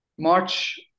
March